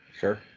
Sure